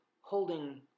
holding